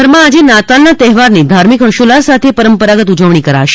રાજયભરમાં આજે નાતાલના તહેવારની ધાર્મિક હર્ષોઉલ્લાસ સાથે પરંપરાગત ઉજવણી કરાશે